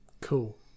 Cool